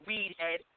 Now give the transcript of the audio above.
Weedhead